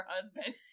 husband